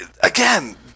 again